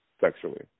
sexually